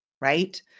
Right